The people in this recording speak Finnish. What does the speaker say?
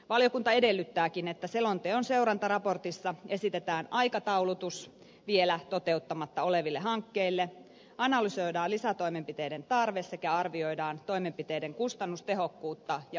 valiokunta edellyttääkin että selonteon seurantaraportissa esitetään aikataulutus vielä toteuttamatta oleville hankkeille analysoidaan lisätoimenpiteiden tarve sekä arvioidaan toimenpiteiden kustannustehokkuutta ja vaikuttavuutta